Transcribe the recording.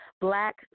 Black